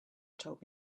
told